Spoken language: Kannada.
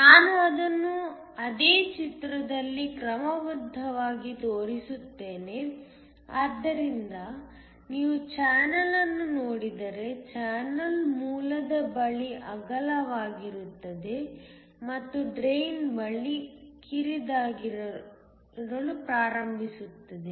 ನಾನು ಅದನ್ನು ಅದೇ ಚಿತ್ರದಲ್ಲಿ ಕ್ರಮಬದ್ಧವಾಗಿ ತೋರಿಸುತ್ತೇನೆ ಆದ್ದರಿಂದ ನೀವು ಚಾನಲ್ ಅನ್ನು ನೋಡಿದರೆ ಚಾನಲ್ ಮೂಲದ ಬಳಿ ಅಗಲವಾಗಿರುತ್ತದೆ ಮತ್ತು ಡ್ರೈನ್ ಬಳಿ ಕಿರಿದಾಗಲು ಪ್ರಾರಂಭಿಸುತ್ತದೆ